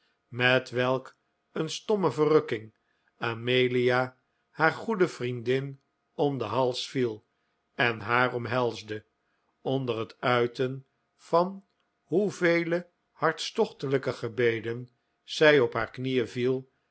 met welk een stomme verrukking amelia haar goede vriendin om den hals viel en haar omhelsde onder het uiten van hoevele hartstochtelijke gebeden zij op haar knieen viel